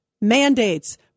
mandates